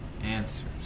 answers